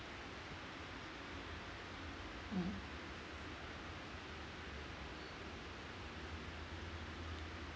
mm